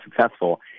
successful